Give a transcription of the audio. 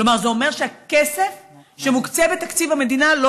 כלומר זה אומר שהכסף שמוקצה בתקציב המדינה לא